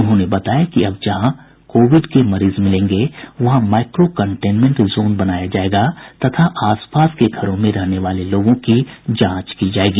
उन्होंने बताया कि अब जहां कोविड के मरीज मिलेंगे वहां माईक्रो कंटेनमेंट जोन बनाया जायेगा तथा आस पास के घरों में रहने वाले लोगों की जांच की जायेगी